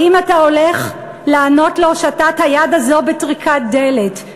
האם אתה הולך לענות להושטת היד הזאת בטריקת דלת.